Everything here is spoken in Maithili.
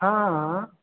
हाँ हाँ